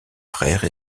frères